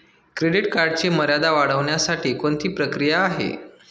Credit कार्डची मर्यादा वाढवण्यासाठी कोणती प्रक्रिया आहे?